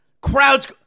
Crowds